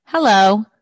Hello